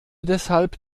deshalb